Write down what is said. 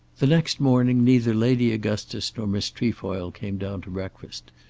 the next morning neither lady augustus nor miss trefoil came down to breakfast,